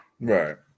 Right